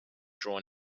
drawn